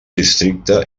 districte